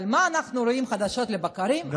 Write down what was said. אבל מה אנחנו רואים חדשות לבקרים?